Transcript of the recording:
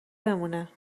بمانه